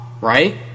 right